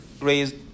raised